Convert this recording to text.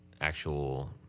actual